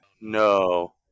No